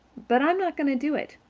but i'm not going to do it.